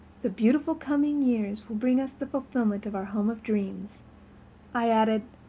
the beautiful coming years will bring us the fulfilment of our home of dreams i added,